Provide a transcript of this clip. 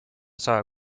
saa